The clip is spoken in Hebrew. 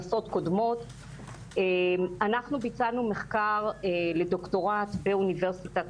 אני באמת מתנצלת, יש לי ממש דקה להבהיר את הדברים.